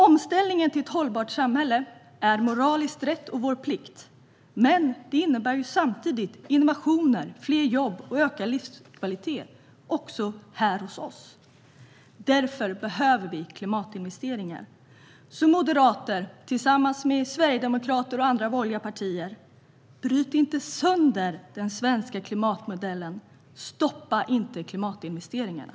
Omställningen till ett hållbart samhälle är alltså moraliskt rätt och vår plikt, men det innebär samtidigt innovationer, fler jobb och ökad livskvalitet också här hos oss. Därför behöver vi klimatinvesteringar. Moderater, tillsammans med sverigedemokrater och andra borgerliga partier - bryt inte sönder den svenska klimatmodellen! Stoppa inte klimatinvesteringarna!